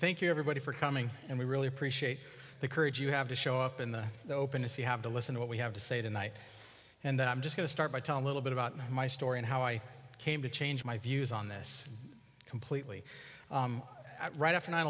you everybody for coming and we really appreciate the courage you have to show up in the openness you have to listen to what we have to say tonight and i'm just going to start by telling little bit about my story and how i came to change my views on this completely right after nine